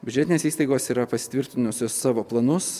biudžetinės įstaigos yra pasitvirtinusios savo planus